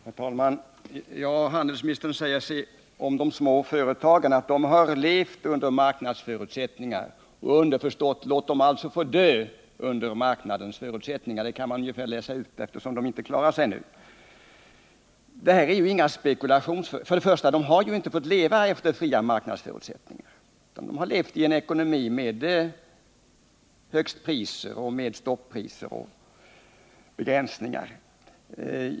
Herr talman! Handelsministern säger att de små företagen har levt under marknadsförutsättningar. Underförstått menar han därmed även: Låt dem alltså få dö under marknadens förutsättningar! Man kan förstå att det är detta han menar, eftersom dessa företag inte kan klara sig under nuvarande förhållanden. Jag vill dock först säga att företagen inte har fått leva under fria marknadsförutsättningar utan i en ekonomi med högstpriser, stoppriser och begränsningar.